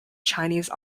chinese